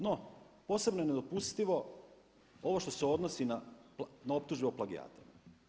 No, posebno je nedopustivo ovo što se odnosi na optužbe o plagijatima.